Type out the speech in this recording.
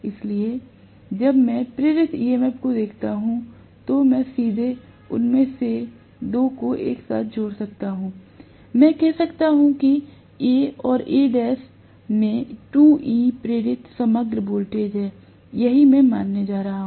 इसलिए जब मैं प्रेरित ईएमएफ को देखता हूं तो मैं सीधे उनमें से दो को एक साथ जोड़ सकता हूं मैं कह सकता हूं कि A और Al में 2E प्रेरित समग्र वोल्टेज है यही मैं मानने जा रहा हूं